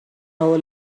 our